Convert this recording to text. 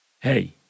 Hey